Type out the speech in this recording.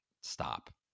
stop